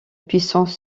puissance